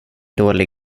dålig